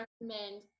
recommend